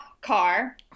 car